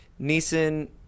Neeson